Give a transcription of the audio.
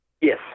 Yes